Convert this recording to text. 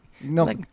No